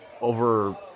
over